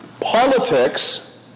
politics